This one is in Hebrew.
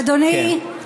אדוני,